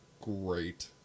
great